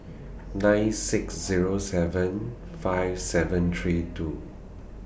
nine six Zero seven five seven three two